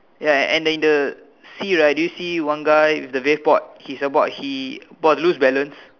ya and in the in the sea right do you see one guy with the waveboard he's about he's about to lose balance